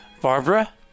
Barbara